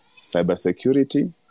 cybersecurity